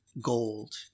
gold